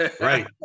Right